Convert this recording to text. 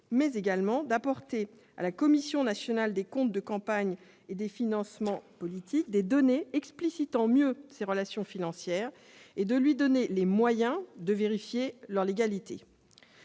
mais également d'apporter à la Commission nationale des comptes de campagne et des financements politiques des données explicitant ces relations financières et de lui donner les moyens de vérifier leur légalité.